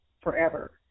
forever